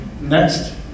Next